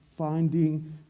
finding